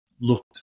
looked